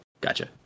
Gotcha